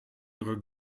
ihrer